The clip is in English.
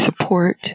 support